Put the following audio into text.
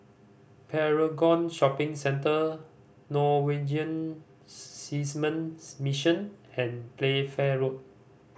Paragon Shopping Centre Norwegian Seasmen's Mission and Playfair Road